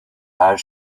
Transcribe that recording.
her